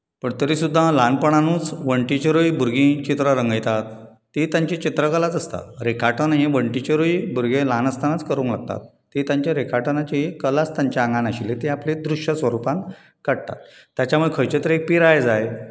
पूण तरी सुद्दां ल्हानपणानूच वणटीचेरूय भुरगीं चित्रां रंगयतात ती तांची चित्रकला आसता रेखाटन हें वणटीचेरूय भुरगें ल्हान आसतानाच करूंक लागता तें तांचें रेखाटनाचें ही कलाच तांच्या आंगांत आशिल्ली ती आपल्या दृश्य स्वरुपान तें काडटात ताच्या मागीर खंयची तरी पिराय जाय